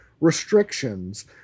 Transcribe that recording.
restrictions